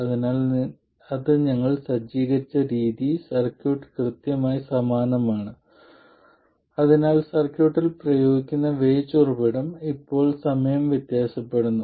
അതിനാൽ ഞങ്ങൾ അത് സജ്ജീകരിച്ച രീതി സർക്യൂട്ട് കൃത്യമായി സമാനമാണ് അതിനാൽ സർക്യൂട്ടിൽ പ്രയോഗിക്കുന്ന Vage ഉറവിടം ഇപ്പോൾ സമയം വ്യത്യാസപ്പെടുന്നു